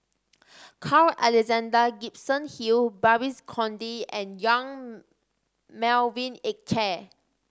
Carl Alexander Gibson Hill Babes Conde and Yong Melvin Yik Chye